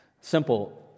simple